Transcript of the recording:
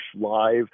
live